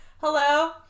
hello